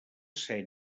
ser